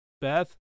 Beth